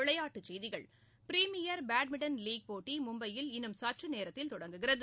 விளையாட்டுச் செய்திகள் premier badminton league போட்டி மும்பையில் இன்னும் சற்றுநேரத்தில் தொடங்குகிறது